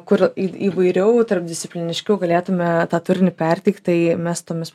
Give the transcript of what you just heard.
kur į įvairiau tarpdiscipliniškiau galėtume tą turinį perteikt tai mes tomis